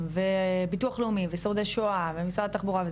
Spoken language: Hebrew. וביטוח לאומי ושורדי שואה ומשרד התחבורה,